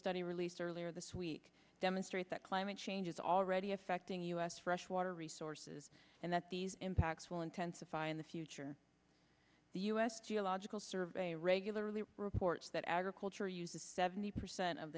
study released earlier this week demonstrate that climate change is already affecting us fresh water resources and that these impacts will intensify in the future the u s geological survey regularly reports that agriculture uses seventy percent of